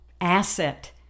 asset